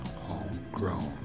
homegrown